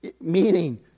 meaning